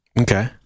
Okay